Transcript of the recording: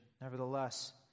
Nevertheless